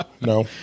no